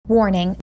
Warning